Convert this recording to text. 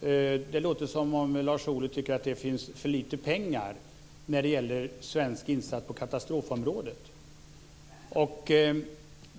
Det låter som om Lars Ohly tycker att det finns för lite pengar när det gäller svensk insats på katastrofområdet.